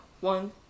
one